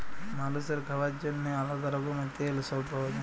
মালুসের খাওয়ার জন্যেহে আলাদা রকমের তেল সব পাওয়া যায়